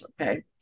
Okay